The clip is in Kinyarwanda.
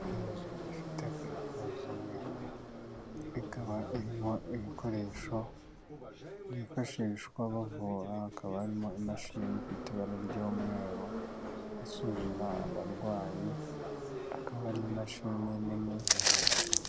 Inzu ifite parafo z'umweru ikaba irimo ibikoresho byifashishwa bavura hakaba harimo imashini ifite ibara ry'umweru, isuzuma abarwayi akaba ari imashini nini.